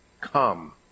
Come